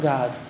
God